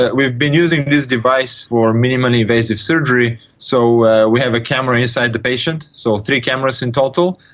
ah we've been using this device for minimum invasive surgery, so we have a camera inside the patient, so three cameras in total,